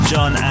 John